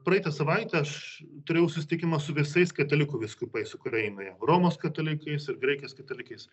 praeitą savaitę aš turėjau susitikimą su visais katalikų vyskupais ukrainoje romos katalikais ir graikijos katalikais